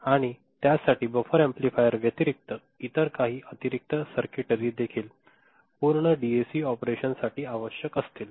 आणि त्यासाठी buffer amplifier व्यतिरिक्त इतर काही अतिरिक्त सर्किटरी देखील पूर्ण डीएसी ऑपरेशनसाठी आवश्यक असतील